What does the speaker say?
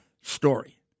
story